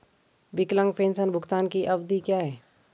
विकलांग पेंशन भुगतान की अवधि क्या है?